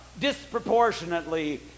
disproportionately